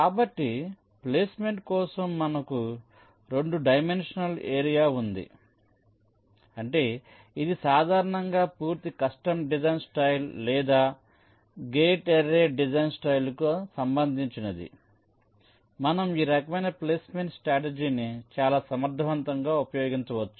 కాబట్టి ప్లేస్మెంట్ కోసం మనకు 2 డైమెన్షనల్ ఏరియా ఉంటే ఇది సాధారణంగా పూర్తి కస్టమ్ డిజైన్ స్టైల్ లేదా గేట్ అర్రే డిజైన్ స్టైల్కు సంబంధించినది అయితే మనం ఈ రకమైన ప్లేస్మెంట్ స్ట్రాటజీని చాలా సమర్థవంతంగా ఉపయోగించవచ్చు